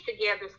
together